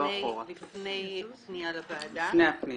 לפני פנייה לוועדה.